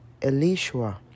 Elishua